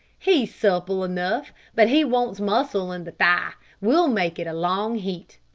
he's supple enough, but he wants muscle in the thigh. we'll make it a long heat.